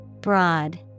Broad